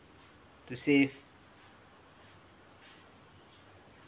to save